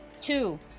two